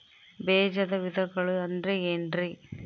ಬೇಜದ ವಿಧಗಳು ಅಂದ್ರೆ ಏನ್ರಿ?